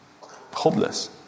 hopeless